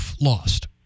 lost